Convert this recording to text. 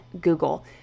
Google